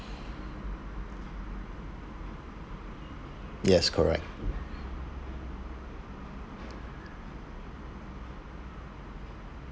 yes correct